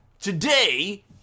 Today